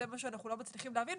זה מה שאנחנו לא מצליחים להבין,